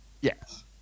Yes